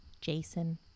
Jason